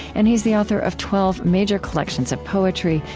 and he is the author of twelve major collections of poetry,